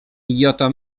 idiota